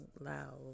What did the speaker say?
loud